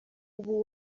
ubu